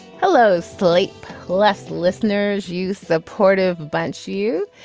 hello. sleep less listeners use supportive bunch you.